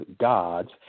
gods